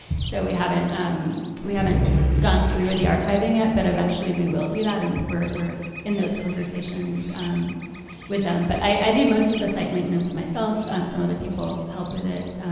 so we haven't um we haven't gone through with the archiving yet but eventually we will do that and we're in those conversations with them. but i do most of the site maintenance myself some other people help with it.